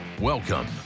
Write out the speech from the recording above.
Welcome